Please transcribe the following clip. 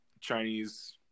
Chinese